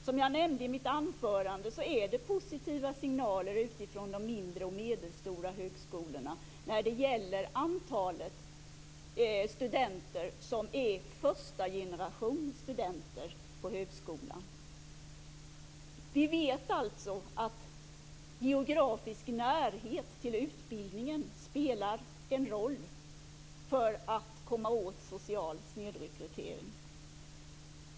Som jag nämnde i mitt anförande kommer det positiva signaler från de mindre och medelstora högskolorna om antalet förstagenerationsstudenter på högskolorna. Vi vet att geografisk närhet till utbildningen spelar en roll för möjligheterna att komma åt social snedrekrytering.